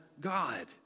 God